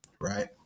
right